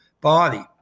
body